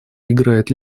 играет